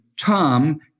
tom